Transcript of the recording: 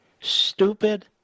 Stupid